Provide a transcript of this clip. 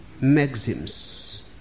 maxims